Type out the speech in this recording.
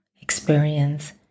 experience